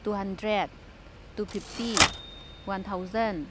two hundred two fifty one thousand